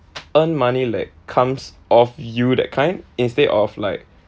earn money like comes off you that kind instead of like